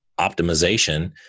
optimization